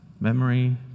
Memory